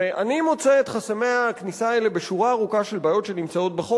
אני מוצא את חסמי הכניסה האלה בשורה ארוכה של בעיות שנמצאות בחוק.